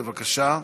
בבקשה.